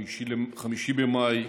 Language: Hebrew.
5 במאי,